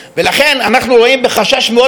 אנחנו רואים בחשש מאוד מאוד גדול,